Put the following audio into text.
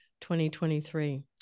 2023